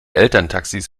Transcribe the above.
elterntaxis